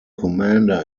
commander